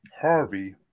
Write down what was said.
Harvey